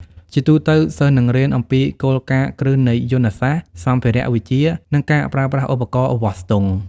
ជាទូទៅ សិស្សនឹងរៀនអំពីគោលការណ៍គ្រឹះនៃយន្តសាស្ត្រ សម្ភារៈវិទ្យា និងការប្រើប្រាស់ឧបករណ៍វាស់ស្ទង់។